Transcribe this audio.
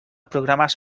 programes